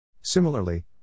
Similarly